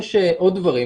יש עוד דברים.